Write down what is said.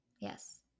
Yes